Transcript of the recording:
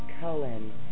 Cullen